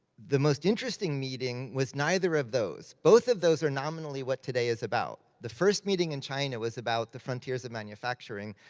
the most interesting meeting was neither of those. both of those are nominally what today is about. the first meeting in china was about the frontiers of manufacturing.